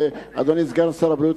אדוני סגן שר הבריאות,